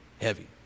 heavy